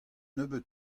nebeud